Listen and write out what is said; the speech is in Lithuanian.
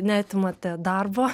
neatimate darbo